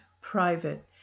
private